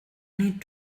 need